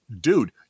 dude